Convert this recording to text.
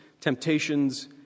temptations